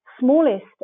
smallest